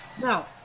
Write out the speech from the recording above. Now